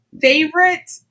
Favorite